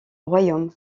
royaume